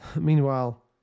Meanwhile